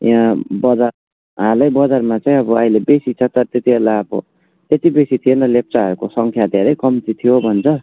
यहाँ बजार हालै बजारमा चाहिँ अब अहिले बेसी छ तर त्यतिबेला आएको त्यति बेसी थिएन लेप्चाहरूको सङ्ख्या धेरै कम्ती थियो भन्छ